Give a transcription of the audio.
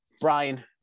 Brian